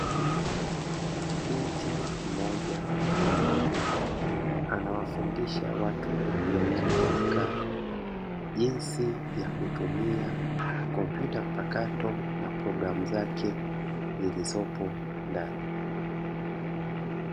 Binti mmoja mdogo, anawafundisha watu waliomzunguka jinsi ya kutumia kompyuta mpakato, na programu zake zilizopo ndani.